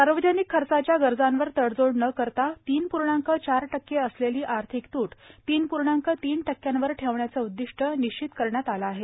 सार्वजनिक खर्चाच्या गरजांवर तडजोड न करता तीन पूर्णांक चार टक्के असलेली आर्थिक तूट तीन पूर्णांक तीन टक्क्यांवर ठेवण्याचं उद्दिष्ट निश्चित करण्यात आलं आहे